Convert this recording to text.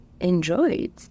enjoyed